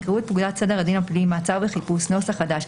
יקראו את פקודת סדר הדין הפלילי מעצר וחיפוש) (נוסח חדש),